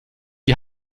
die